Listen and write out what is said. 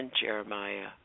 Jeremiah